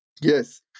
Yes